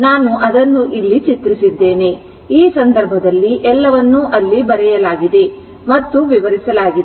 ನಾನು ಅದನ್ನು ಇಲ್ಲಿ ಚಿತ್ರಿಸಿದ್ದೇನೆ ಈ ಸಂದರ್ಭದಲ್ಲಿ ಎಲ್ಲವನ್ನೂ ಅಲ್ಲಿ ಬರೆಯಲಾಗಿದೆ ಮತ್ತು ವಿವರಿಸಲಾಗಿದೆ